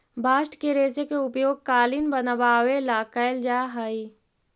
bast के रेश के उपयोग कालीन बनवावे ला कैल जा हई